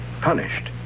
Punished